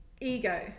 ego